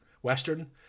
Western